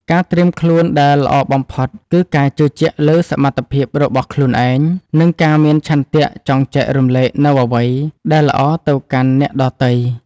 ការត្រៀមខ្លួនដែលល្អបំផុតគឺ ការជឿជាក់លើសមត្ថភាពរបស់ខ្លួនឯង និងការមានឆន្ទៈចង់ចែករំលែកនូវអ្វីដែលល្អទៅកាន់អ្នកដទៃ។